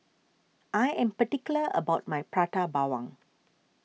I am particular about my Prata Bawang